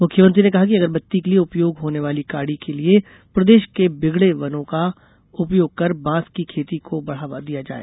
मुख्यमंत्री ने कहा कि अगरबत्ती के लिए उपयोग होने वाली काड़ी के लिए प्रदेश के बिगड़े वनों का उपयोग कर बाँस की खेती को बढ़ावा दिया जाये